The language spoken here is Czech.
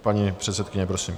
Paní předsedkyně, prosím.